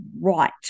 right